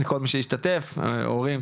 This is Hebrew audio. לכל מי שהשתתף הורים,